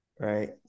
right